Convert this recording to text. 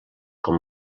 com